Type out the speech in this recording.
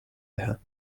teha